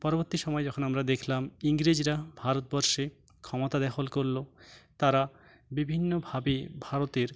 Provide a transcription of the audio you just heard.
পরবর্তী সময় যখন আমরা দেখলাম ইংরেজরা ভারতবর্ষে ক্ষমতা দখল করলো তারা বিভিন্নভাবে ভারতের